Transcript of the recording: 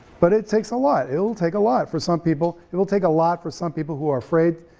but it takes a lot, it will take a lot for some people, it will take a lot for some people who are afraid,